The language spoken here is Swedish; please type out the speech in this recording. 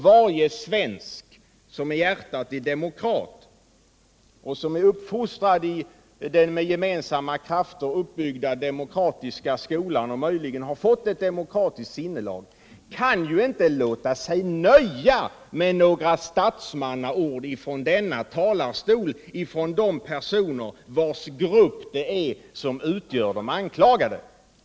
Varje svensk som i hjärtat är demokrat, som är uppfostrad i den med gemensamma krafter uppbyggda demokratiska skolan och möjligen har fått ett demokratiskt sinnelag kan ju inte låta sig nöja med några statsmannaord från denna talarstol från de personer vars grupp det är som utgör de anklagade.